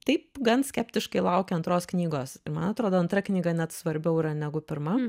taip gan skeptiškai laukia antros knygos ir man atrodo antra knyga net svarbiau yra negu pirma